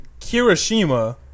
Kirishima